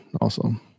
Awesome